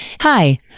Hi